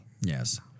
yes